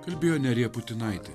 kalbėjo nerija putinaitė